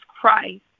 Christ